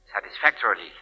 satisfactorily